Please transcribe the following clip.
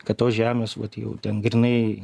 kad tos žemės vat jau ten grynai